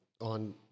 on